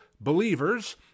believers